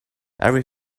every